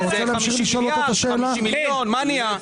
זה 50 מיליארד, 50 מיליון, מה נהיה?